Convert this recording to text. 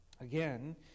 Again